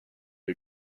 you